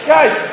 Guys